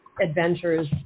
adventures